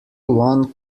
one